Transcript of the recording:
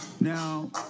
Now